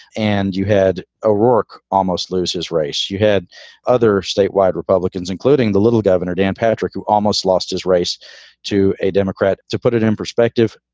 and you had o'rorke almost lose this race. you had other statewide republicans, including the little governor, dan patrick, who almost lost his race to a democrat, to put it in perspective.